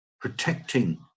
protecting